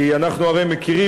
כי אנחנו הרי מכירים,